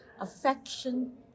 affection